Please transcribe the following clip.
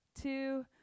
two